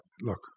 Look